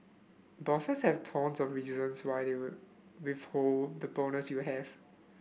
bosses have tons of reasons why they will withhold the bonus you have